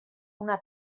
una